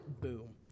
Boom